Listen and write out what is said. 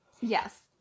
Yes